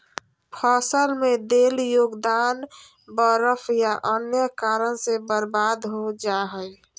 फसल में देल योगदान बर्फ या अन्य कारन से बर्बाद हो जा हइ